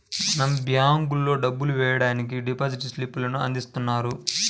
మనం బ్యేంకుల్లో డబ్బులు వెయ్యడానికి డిపాజిట్ స్లిప్ లను అందిస్తున్నారు